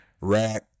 rack